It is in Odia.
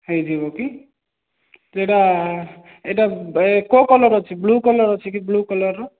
ହେଇଯିବ କି ଏଇଟା ଏଇଟା କେଉଁ କଲର ଅଛି ବ୍ଲୁ କଲର ଅଛି କି ବ୍ଲୁ କଲରର